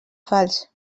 fals